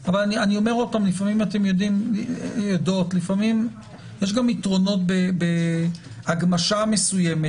הצעה, אבל לפעמים יש גם יתרונות בהגמשה מסוימת